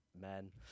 men